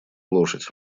лошадь